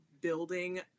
building